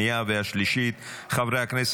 11 בעד,